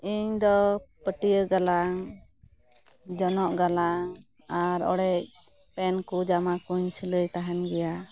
ᱤᱧᱫᱚ ᱯᱟᱹᱴᱭᱟᱹ ᱜᱟᱞᱟᱝ ᱡᱚᱱᱚᱜ ᱜᱟᱞᱟᱝ ᱟᱨ ᱚᱲᱮᱡᱽ ᱯᱮᱱᱠᱚ ᱡᱟᱢᱟᱠᱚᱧ ᱥᱤᱞᱟᱹᱭ ᱛᱟᱦᱮᱱ ᱜᱮᱭᱟ